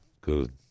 good